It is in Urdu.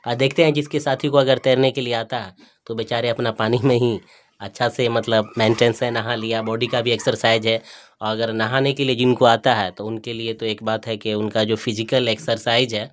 اور دیکھتے ہیں جس کے ساتھی کو اگر تیرنے کے لیے آتا ہے تو بے چارے اپنا پانی میں ہی اچھا سے مطلب مینٹینس ہے نہا لیا باڈی کا بھی ایکسرسائج ہے اور اگر نہانے کے لیے جن کو آتا ہے تو ان کے لیے تو ایک بات ہے کہ ان کا جو فجیکل ایکسرسائج ہے